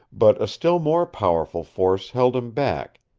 but a still more powerful force held him back,